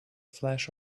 flash